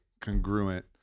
congruent